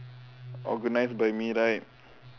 organise by me right